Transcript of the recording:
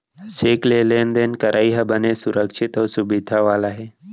cheque ले लेन देन करई ह बने सुरक्छित अउ सुबिधा वाला हे